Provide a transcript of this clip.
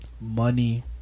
money